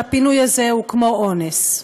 שהפינוי הזה הוא כמו אונס.